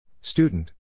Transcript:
Student